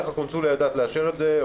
הקונסוליה יודעת לאשר את זה.